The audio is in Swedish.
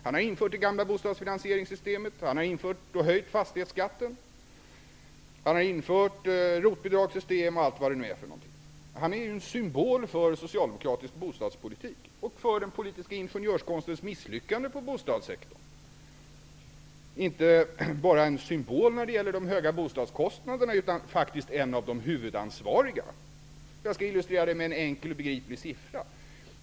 Han har infört det gamla bostadsfinansieringssystemet, han har infört och höjt fastighetsskatten, han har infört ROT bidragssystem och allt vad det nu är. Oskar Lindkvist är ju en symbol för socialdemokratisk bostadspolitik och för den politiska ingenjörskonstens misslyckande på bostadssektorn. Han är inte bara en symbol när det gäller de höga bostadskostnaderna, utan faktiskt en av de huvudansvariga. Jag skall illustrera detta med ett enkelt och begripligt exempel.